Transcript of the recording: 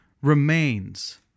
remains